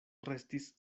restis